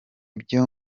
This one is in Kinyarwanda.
byo